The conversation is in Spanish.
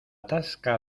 tasca